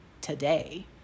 today